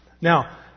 Now